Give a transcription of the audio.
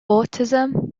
autism